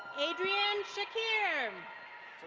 adrian shakir. um